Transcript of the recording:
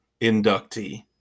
inductee